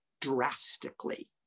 drastically